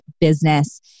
business